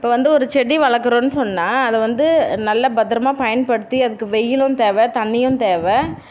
இப்போ வந்து ஒரு செடி வளர்க்குறோன்னு சொன்னால் அதை வந்து நல்ல பத்திரமா பயன்படுத்தி அதுக்கு வெயிலும் தேவை தண்ணியும் தேவை